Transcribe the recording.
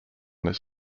this